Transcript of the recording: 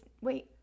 wait